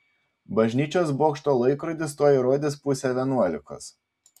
bažnyčios bokšto laikrodis tuoj rodys pusę vienuolikos